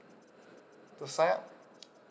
to sign up